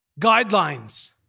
guidelines